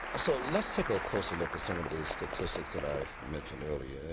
so let's take a closer look at some of the statistics that i mentioned earlier.